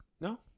No